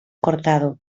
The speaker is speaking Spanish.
cortado